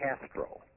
Castro